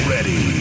Ready